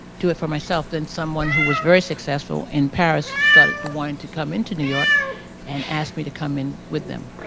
do it for myself? then someone who was very successful in paris started wanting to come into new york and asked me to come in with them.